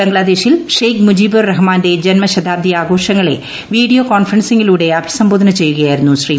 ബംഗ്ലാദേശിൽ ഷേഖ് മുജീബുർ റഹ്മാന്റെ ജന്മ ശതാബ്ദി ആഘോഷങ്ങളെ വീഡിയോ കോൺഫറൻസിങ്ങിലൂടെ അഭിസംബോധന ചെയ്യുകയായിരുന്നു ശ്രീ